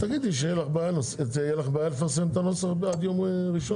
תהיה לך בעיה לפרסם את הנוסח עד יום ראשון?